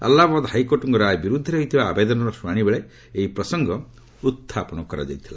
ଆହ୍ଲାବାଦ ହାଇକୋର୍ଟଙ୍କ ରାୟ ବିରୁଦ୍ଧରେ ହୋଇଥିବା ଆବେଦନର ଶୁଣାଣିବେଳେ ଏହି ପ୍ରସଙ୍ଗ ଉତ୍ଥାପନ ହୋଇଥିଲା